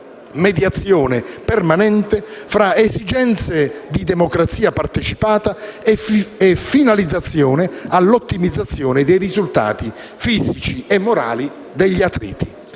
mediazione permanente tra esigenze di democrazia partecipata e finalizzazione all'ottimizzazione dei risultati fisici e morali degli atleti.